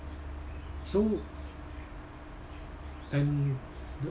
so and